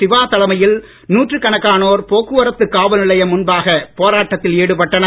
சிவா தலைமையில் நூற்றுக்கணக்கானோர் போக்குவரத்து காவல் நிலையம் முன்பாக போராட்டத்தில் ஈடுபட்டனர்